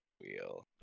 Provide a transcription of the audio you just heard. wheel